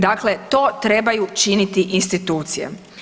Dakle, to trebaju činiti institucije.